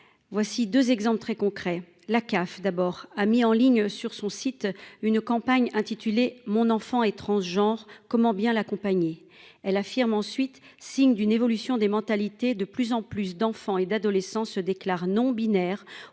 Voici 2 exemples très concrets. La CAF d'abord a mis en ligne sur son site une campagne intitulée mon enfant et transgenres. Comment bien l'accompagner. Elle affirme ensuite, signe d'une évolution des mentalités, de plus en plus d'enfants et d'adolescents se déclare non binaire